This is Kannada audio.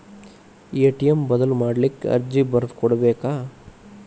ಎ.ಟಿ.ಎಂ ಬದಲ್ ಮಾಡ್ಲಿಕ್ಕೆ ಅರ್ಜಿ ಬರ್ದ್ ಕೊಡ್ಬೆಕ